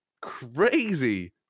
crazy